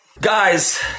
Guys